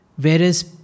whereas